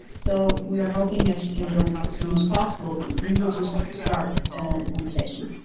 so we are hoping that she can join us as soon as possible. we will just start the conversation.